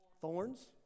Thorns